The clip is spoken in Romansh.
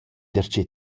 darcheu